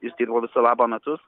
išdirbo viso labo metus